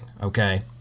Okay